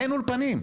אין אולפנים.